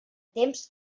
temps